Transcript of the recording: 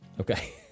okay